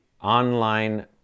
online